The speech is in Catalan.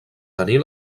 tenir